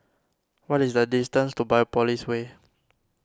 what is the distance to Biopolis Way